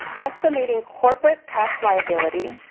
estimating corporate tax liability.